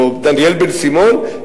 או דניאל בן-סימון,